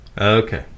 okay